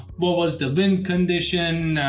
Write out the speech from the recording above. what was the wind condition?